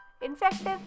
infective